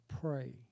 pray